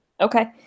Okay